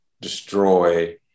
destroy